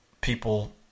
people